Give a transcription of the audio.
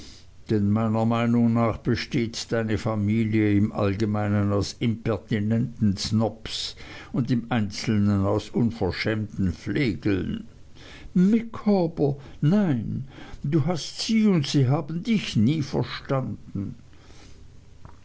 meiner meinung nach besteht deine familie im allgemeinen aus impertinenten snobs und im einzelnen aus unverschämten flegeln micawber nein du hast sie und sie haben dich nie verstanden